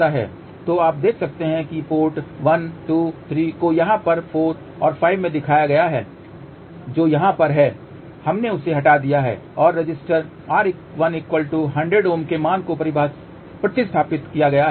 तो आप देख सकते हैं कि पोर्ट 1 2 3 को यहाँ पर 4 और 5 में दिखाया गया है जो यहाँ पर हैं हमने इसे हटा दिया है और रेसिस्टर R1 100 Ω के मान को प्रतिस्थापित किया है